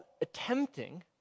attempting